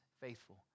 faithful